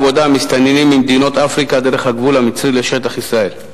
אני לא מקל ראש בבעיית הפערים הגדולים בחברה הישראלית.